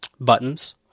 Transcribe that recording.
buttons